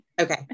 okay